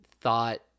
thought